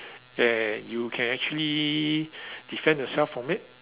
and you can actually defend yourself from it